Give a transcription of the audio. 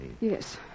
Yes